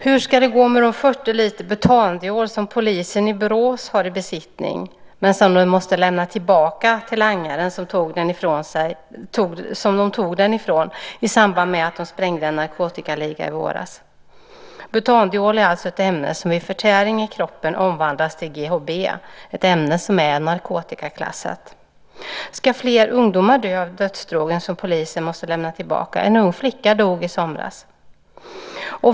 Hur ska det gå med de 40 liter butandiol som polisen i Borås har i besittning men som de måste lämna till den langare som de tog det ifrån i samband med att de sprängde en narkotikaliga i våras. Butandiol är ett ämne som vid förtäring i kroppen omvandlas till GHB, ett ämne som är narkotikaklassat. Ska fler ungdomar dö av dödsdrogen som polisen måste lämna tillbaka? En ung flicka dog i somras.